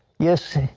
yes,